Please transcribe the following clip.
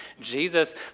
Jesus